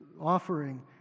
offering